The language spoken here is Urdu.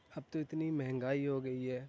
اب تو اتنی مہنگائی ہوگئی ہے